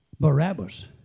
Barabbas